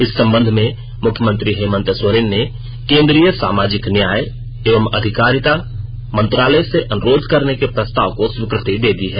इस संबंध में मुख्यमंत्री हेमंत सोरेन ने केंद्रीय सामाजिक न्याय एवं अधिकारिता मंत्रालय से अनुरोध करने के प्रस्ताव को स्वीकृति दे दी है